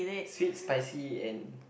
sweet spicy and